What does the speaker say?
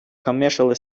commercially